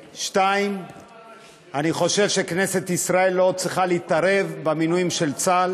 2. אני חושב שכנסת ישראל לא צריכה להתערב במינויים של צה"ל,